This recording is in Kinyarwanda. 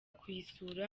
kuyisura